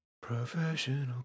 Professional